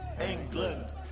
England